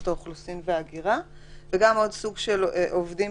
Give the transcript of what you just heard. האוכלוסין וההגירה וגם עוד סוג של עובדים,